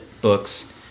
books